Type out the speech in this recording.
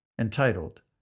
entitled